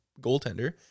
goaltender